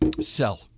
Sell